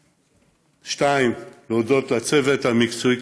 2. להודות לצוות המקצועי,